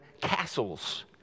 castles